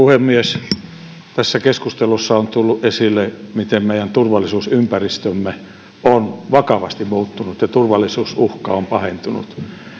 puhemies tässä keskustelussa on tullut esille miten meidän turvallisuusympäristömme on vakavasti muuttunut ja turvallisuusuhka on pahentunut